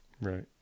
right